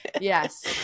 yes